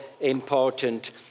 important